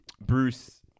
Bruce